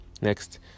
Next